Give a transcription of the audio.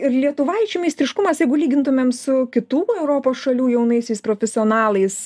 ir lietuvaičių meistriškumas jeigu lygintumėm su kitų europos šalių jaunaisiais profesionalais